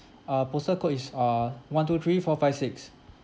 uh postal code is uh one two three four five six